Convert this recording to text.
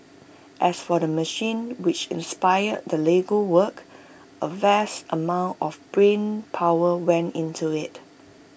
as for the machine which inspired the Lego work A vast amount of brain power went into IT